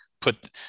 put